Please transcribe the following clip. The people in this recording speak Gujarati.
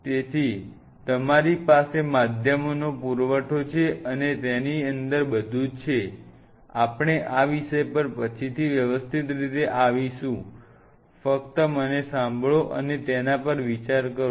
તેથી તમારી પાસે માધ્યમનો પુરવઠો છે અને તેની અંદર બધું છે આપ ણે આ વિષય પર પછીથી વ્યવસ્થિત રીતે આવીશું ફક્ત મને સાંભળો અને તેના પર વિચાર કરો